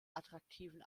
attraktiven